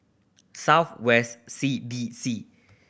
South West C D C